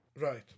Right